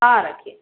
हाँ रखिए